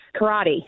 Karate